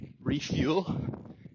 refuel